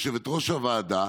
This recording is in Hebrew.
יושבת-ראש הוועדה,